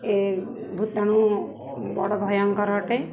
ଏ ଭୂତାଣୁ ବଡ଼ ଭୟଙ୍କର ଅଟେ